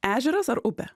ežeras ar upė